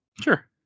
sure